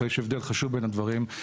יש הבדל חשוב בין הדברים,